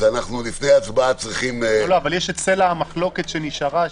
אז לפני ההצבעה אנחנו צריכים --- אבל סלע המחלוקת נשאר.